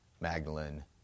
Magdalene